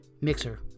Mixer